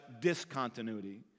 discontinuity